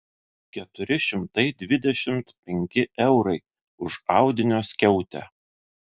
keturi šimtai dvidešimt penki eurai už audinio skiautę